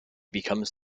becomes